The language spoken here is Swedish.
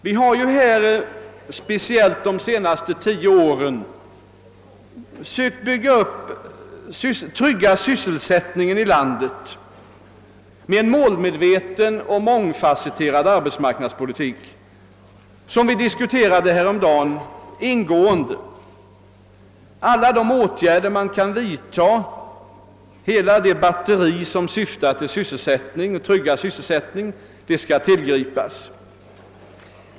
Vi har, speciellt under de senaste tio åren, sökt trygga sysselsättningen i landet med en målmedveten och mångfasetterad arbetsmarknadspolitik, som vi diskuterade ingående häromdagen. Hela det batteri av åtgärder som kan vidtas i syfte att trygga sysselsättningen skall tillgripas.